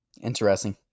Interesting